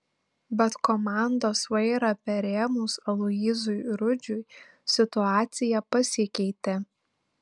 bet komandos vairą perėmus aloyzui rudžiui situacija pasikeitė